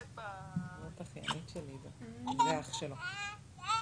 כי כשיש החלטה של הפצ"ר אפשר לערער עליה לבג"צ,